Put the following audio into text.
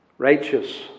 Righteous